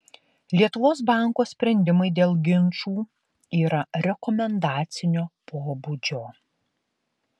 lietuvos banko sprendimai dėl ginčų yra rekomendacinio pobūdžio